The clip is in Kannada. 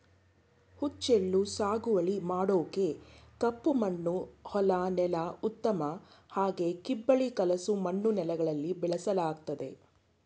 ಹುಚ್ಚೆಳ್ಳು ಸಾಗುವಳಿ ಮಾಡೋಕೆ ಕಪ್ಪಮಣ್ಣು ಹೊಲ ನೆಲ ಉತ್ತಮ ಹಾಗೆ ಕಿಬ್ಬಳಿ ಕಲಸು ಮಣ್ಣು ನೆಲಗಳಲ್ಲಿ ಬೆಳೆಸಲಾಗ್ತದೆ